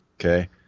okay